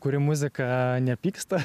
kuri muziką nepyksta